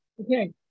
Okay